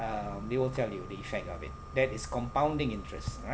um they will tell you the effect of it that is compounding interest all right